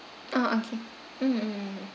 ah okay mm mm mm